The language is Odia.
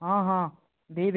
ହଁ ହଁ ଦେଇ ଦେଇ